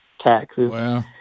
taxes